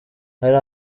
hari